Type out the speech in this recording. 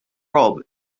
rob